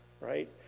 right